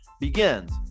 begins